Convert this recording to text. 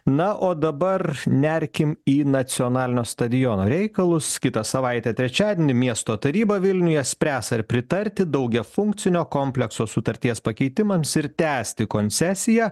na o dabar nerkim į nacionalinio stadiono reikalus kitą savaitę trečiadienį miesto taryba vilniuje spręs ar pritarti daugiafunkcinio komplekso sutarties pakeitimams ir tęsti koncesiją